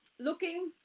looking